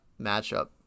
matchup